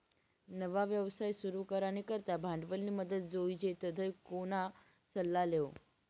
नवा व्यवसाय सुरू करानी करता भांडवलनी मदत जोइजे तधय कोणा सल्ला लेवो